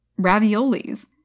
raviolis